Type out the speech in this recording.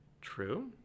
True